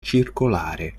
circolare